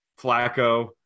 Flacco